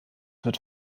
wird